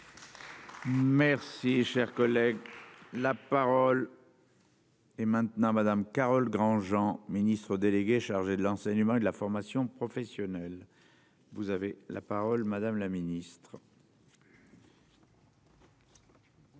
Merci cher collègue. La parole. Et maintenant Madame Carole Granjean, ministre déléguée chargée de l'enseignement et de la formation professionnelle. Vous avez la parole madame la Ministre.